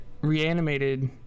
reanimated